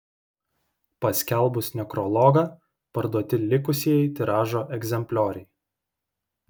paskelbus nekrologą parduoti likusieji tiražo egzemplioriai